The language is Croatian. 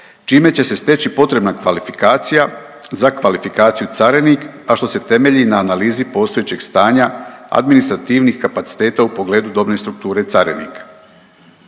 čime će se steći potrebna kvalifikacija za kvalifikaciju carinik, a što se temelji na analizi postojećeg stanja administrativnih kapaciteta u pogledu dobne strukture carinika.